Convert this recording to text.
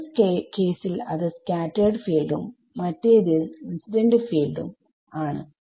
ഒരു കേസിൽ അത് സ്കാറ്റെർഡ് ഫീൽഡും മറ്റേതിൽ ഇൻസിഡന്റ് ഫീൽഡും ആണ്